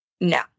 No